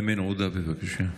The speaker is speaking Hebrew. איימן עודה, בבקשה.